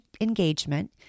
engagement